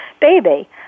baby